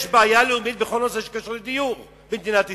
יש בעיה לאומית בכל הנושא שקשור לדיור במדינת ישראל.